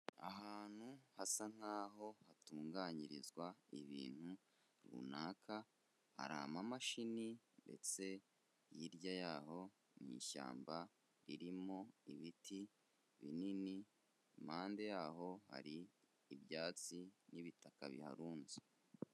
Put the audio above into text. Ahantu hasa nkaho hatunganyirizwa ibintu runaka, hari amamashini ndetse hirya yaho ni ishyamba ririmo ibiti binini, impande yaho hari ibyatsi n'ibitaka biharunze.